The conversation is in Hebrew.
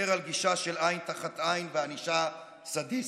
על גישה של עין תחת עין וענישה סדיסטית,